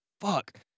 Fuck